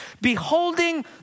beholding